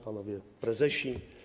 Panowie Prezesi!